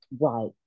Right